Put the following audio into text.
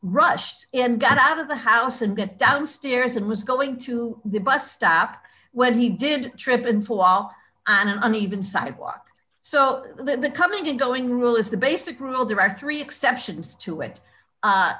rushed in got out of the house and got downstairs and was going to the bus stop where he did trip and fall and an even sidewalk so the coming and going rule is the basic rule direct three exceptions to it a